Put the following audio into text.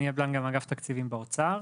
אני מאגף תקציבים באוצר.